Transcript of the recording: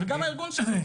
וגם הארגון שלו.